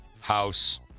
house